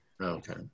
Okay